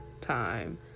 time